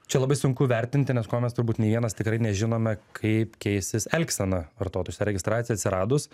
čia labai sunku vertinti nes ko mes turbūt nei vienas tikrai nežinome kaip keisis elgsena vartotojus registracijai atsiradus